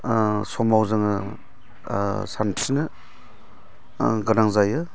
समाव जोङो सानस्रिनो गोनां जायो